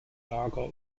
lager